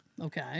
Okay